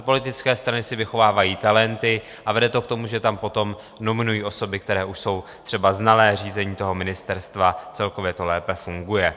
Politické strany si vychovávají talenty a vede to k tomu, že tam potom nominují osoby, které už jsou třeba znalé řízení ministerstva, celkově to lépe funguje.